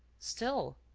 still.